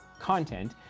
content